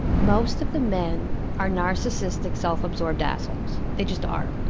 most of the men are narcissistic, self-absorbed assholes. they just are.